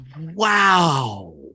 Wow